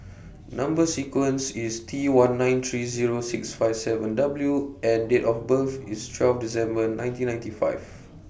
Number sequence IS T one nine three Zero six five seven W and Date of birth IS twelve December nineteen ninety five